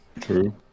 True